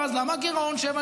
ואז שואלים: למה הגירעון 7.2%?